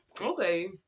Okay